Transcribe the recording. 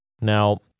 Now